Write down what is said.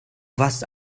warst